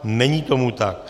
Není tomu tak.